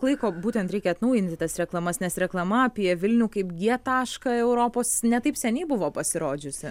laiko būtent reikia atnaujinti tas reklamas nes reklama apie vilnių kaip g tašką europos ne taip seniai buvo pasirodžiusi